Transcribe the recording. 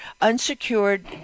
unsecured –